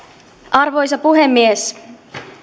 arvoisa